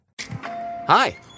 Hi